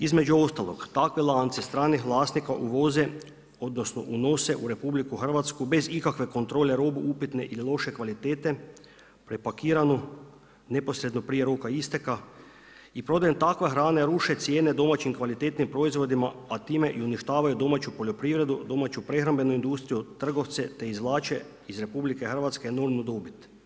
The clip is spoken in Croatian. Između ostalog takve lance stranih lanaca uvoze odnosno unose u RH bez ikakve kontrole robu upitne ili loše kvalitete, prepakiranu neposredno prije roka isteka i prodajom takve hrane ruše cijene domaćim kvalitetnim proizvodima, a time uništavaju domaću poljoprivredu, domaću prehrambenu industriju, trgovce te izvlače iz RH enormnu dobit.